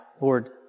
Lord